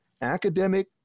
academic